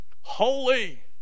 Holy